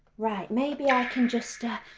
right maybe i can just. ah